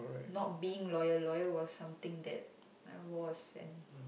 not being loyal loyal was something that I was and